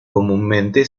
comúnmente